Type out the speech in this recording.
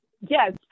Yes